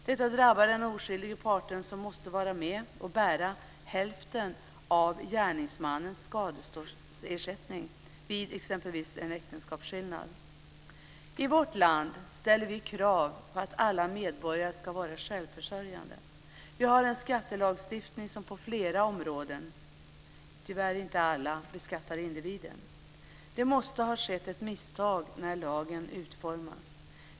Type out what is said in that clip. Detta drabbar den oskyldiga parten, som måste bära hälften av gärningsmannens skadeståndsersättning vid exempelvis en äktenskapsskillnad. I vårt land ställer vi krav på att alla medborgare ska vara självförsörjande. Vi har en skattelagstiftning som på flera områden, tyvärr inte alla, beskattar individen. Det måste ha skett ett misstag när lagen utformades.